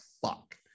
fuck